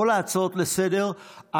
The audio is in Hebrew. כל ההצעות לסדר-היום,